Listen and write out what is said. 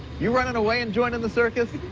you running away and joining the circus?